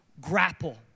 grapple